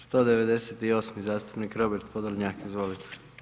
198. zastupnik Robert Podolnjak, izvolite.